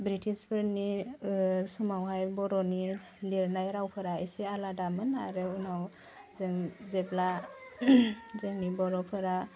बृटिसफोरनि समावहाय बर'नि लिरनाय रावफोरा एसे आलादामोन आरो उनाव जों जेब्ला जोंनि बर'फोरा